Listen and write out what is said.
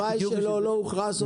התוואי שלו לא הוכרע סופית?